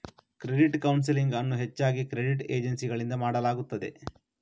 credit counselling ಅನ್ನು ಹೆಚ್ಚಾಗಿ credit ಏಜೆನ್ಸಿಗಳಿಂದ ಮಾಡಲಾಗುತ್ತದೆ